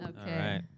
Okay